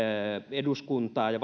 eduskuntaa ja